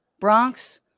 Bronx